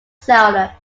seller